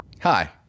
Hi